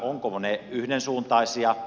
ovatko ne yhdensuuntaisia